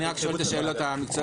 אני רק שואל את השאלות המקצועיות.